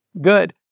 good